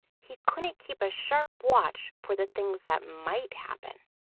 he couldn't keep a sharp watch for the things that might happen.